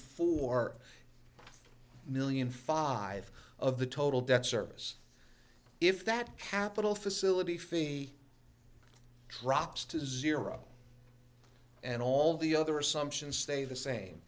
four million five of the total debt service if that capital facility fee drops to zero and all the other assumptions stay the same